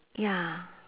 ya